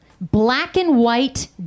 black-and-white